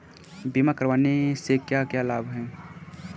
बीमा करवाने के क्या क्या लाभ हैं?